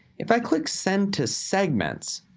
if i click send to segments,